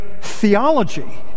theology